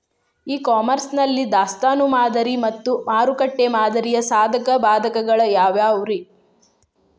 E commerce ನಲ್ಲಿ ದಾಸ್ತಾನು ಮಾದರಿ ಮತ್ತ ಮಾರುಕಟ್ಟೆ ಮಾದರಿಯ ಸಾಧಕ ಬಾಧಕಗಳ ಯಾವವುರೇ?